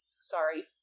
sorry